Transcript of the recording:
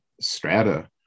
strata